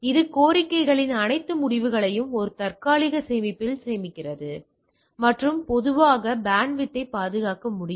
இது கோரிக்கைகளின் அனைத்து முடிவுகளையும் ஒரு தற்காலிக சேமிப்பில் சேமிக்கிறது மற்றும் பொதுவாக பேண்ட்வித்யை பாதுகாக்க முடியும்